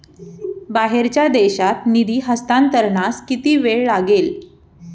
बाहेरच्या देशात निधी हस्तांतरणास किती वेळ लागेल?